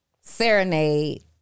serenade